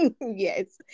yes